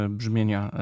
brzmienia